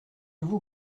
vous